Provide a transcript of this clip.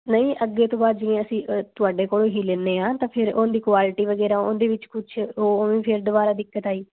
ਨਹੀਂ ਅੱਗੇ ਤੋਂ ਬਾਅਦ ਜਿਵੇਂ ਅਸੀਂ ਤੁਹਾਡੇ ਤੋਂ ਹੀ ਲੈਂਦੇ ਹਾਂ ਤਾਂ ਫੇਰ ਉਹਦੀ ਕੁਆਲਟੀ ਵਗੈਰਾ ਉਹਦੇ ਵਿੱਚ ਕੁਛ ਉਹ ਵੀ ਫੇਰ ਦੁਬਾਰਾ ਦਿੱਕਤ ਆਈ